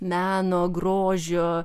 meno grožio